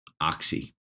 oxy